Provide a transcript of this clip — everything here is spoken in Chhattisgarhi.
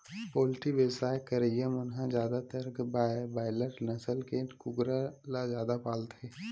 पोल्टी बेवसाय करइया मन ह जादातर बायलर नसल के कुकरा ल जादा पालथे